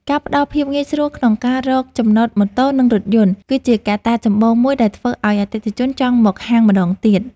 ការផ្តល់ភាពងាយស្រួលក្នុងការរកចំណតម៉ូតូ និងរថយន្ត គឺជាកត្តាចម្បងមួយដែលធ្វើឱ្យអតិថិជនចង់មកហាងម្តងទៀត។